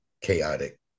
chaotic